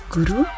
Guru